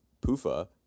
pufa